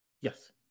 yes